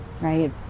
right